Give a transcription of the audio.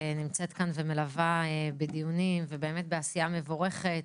נמצאת כאן ומלווה בדיונים ובאמת בעשייה מבורכת,